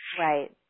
Right